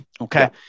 okay